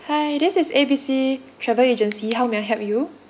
hi this is A B C travel agency how may I help you